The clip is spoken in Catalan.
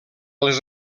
les